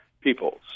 peoples